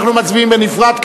אנחנו מצביעים בנפרד.